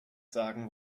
sagen